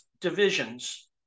divisions